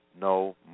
no